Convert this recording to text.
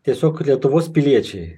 tiesiog lietuvos piliečiai